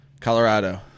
Colorado